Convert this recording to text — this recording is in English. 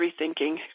rethinking